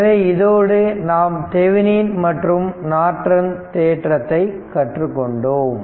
எனவே இதோடு நாம் தெவனின் மற்றும் நார்டன் தேற்றத்தை கற்றுக் கொண்டோம்